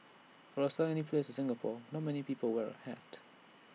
for A sunny place like Singapore not many people wear A hat